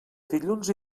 dilluns